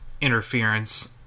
interference